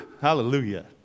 Hallelujah